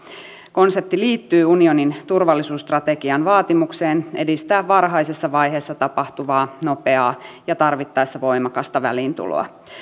konsepti liittyy unionin turvallisuusstrategian vaatimukseen edistää varhaisessa vaiheessa tapahtuvaa nopeaa ja tarvittaessa voimakasta väliintuloa